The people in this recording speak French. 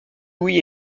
louis